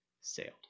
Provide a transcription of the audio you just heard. sailed